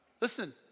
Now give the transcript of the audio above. Listen